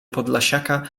podlasiaka